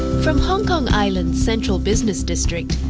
from hong kong island's central business district,